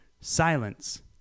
Silence